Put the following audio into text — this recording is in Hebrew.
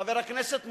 חבר הכנסת מולה,